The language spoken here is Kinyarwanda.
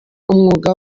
umwuga